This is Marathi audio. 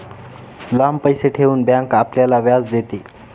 लांब पैसे ठेवून बँक आपल्याला व्याज देते